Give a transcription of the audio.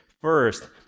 first